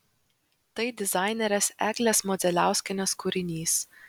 tai dizainerės eglės modzeliauskienės kūrinys